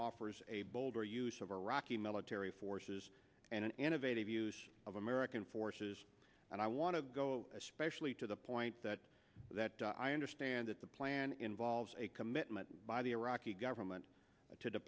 offers a bolder use of iraqi military forces and an innovative use of american forces and i want to go especially to the point that that i understand that the plan involves a commitment by the iraqi government to